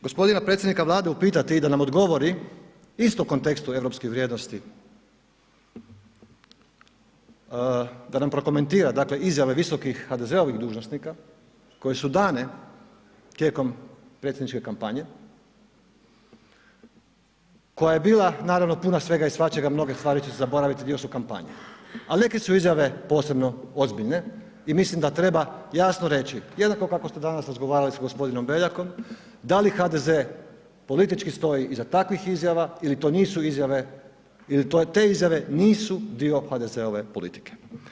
A sada bi volio g. predsjednika Vlade upitati da na odgovori isto u kontekstu europskih vrijednosti, da nam prokomentira dakle izjave visokih HDZ-ovih dužnosnika koje su dane tijekom predsjedničke kampanje koja je bila naravno svega i svačega, mnoge stvari ću zaboraviti, dio su kampanje, ali neke su izjave posebno ozbiljne i mislim da treba jasno reći, jednako kako ste danas razgovarali sa g. Beljakom, da li HDZ politički stoji iza takvih izjava ili to nisu izjave, ili te izjave nisu dio HDZ-ove politike.